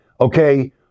okay